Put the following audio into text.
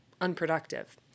unproductive